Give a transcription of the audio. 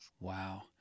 wow